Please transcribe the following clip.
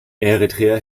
eritrea